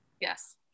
yes